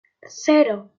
cero